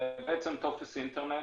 זה בעצם טופס אינטרנט.